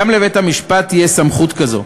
גם לבית-המשפט תהיה סמכות כזו.